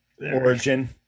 origin